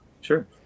sure